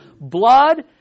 blood